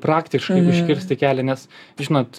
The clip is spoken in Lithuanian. praktiškai užkirsti kelią nes žinot